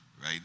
right